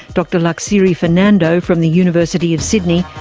dr laksiri fernando from the university of sydney,